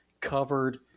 covered